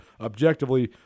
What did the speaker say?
objectively